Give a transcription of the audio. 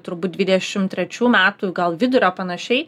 turbūt dvidešim trečių metų gal vidurio panašiai